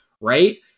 right